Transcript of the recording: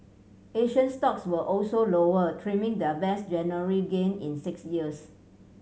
Asian stocks were also lower trimming their best January gain in six years